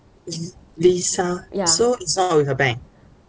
ya